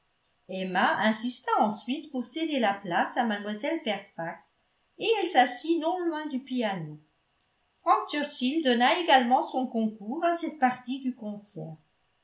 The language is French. emma insista ensuite pour céder la place à mlle fairfax et elle s'assit non loin du piano frank churchill donna également son concours à cette partie du concert